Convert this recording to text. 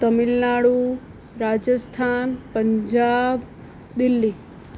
Tamil Nadu Rajasthan Punjab Delhi